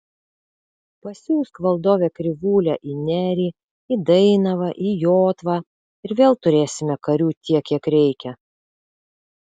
pasiųsk valdove krivūlę į nerį į dainavą į jotvą ir vėl turėsime karių tiek kiek reikia